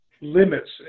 limits